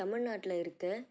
தமிழ்நாட்டில் இருக்க